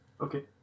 Okay